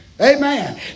Amen